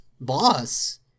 boss